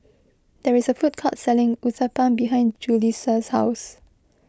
there is a food court selling Uthapam behind Julisa's house